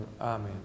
Amen